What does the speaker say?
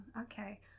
okay